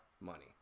money